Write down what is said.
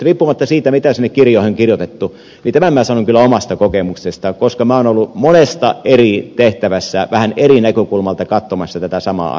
riippumatta siitä mitä sinne kirjoihin on kirjoitettu tämän minä nyt sanon kyllä omasta kokemuksestani koska minä olen ollut monessa eri tehtävässä vähän eri näkökulmasta katsomassa tätä samaa asiaa